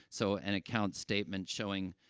so an account statement showing,